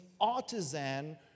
artisan